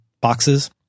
boxes